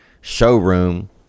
showroom